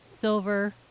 silver